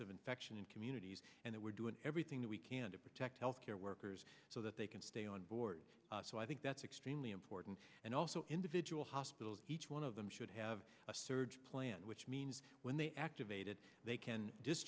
of infection in communities and that we're doing everything that we can to protect health care workers so that they can stay onboard so i think that's extremely important and also individual hospitals each one of them should have a surge plan which means when they activate it they can